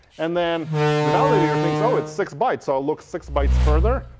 and then the validator thinks, oh, it's six bites. i'll look six bites further.